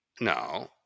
no